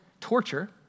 torture